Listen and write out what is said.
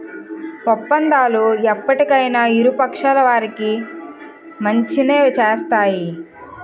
ఒప్పందాలు ఎప్పటికైనా ఇరు పక్షాల వారికి మంచినే చేస్తాయి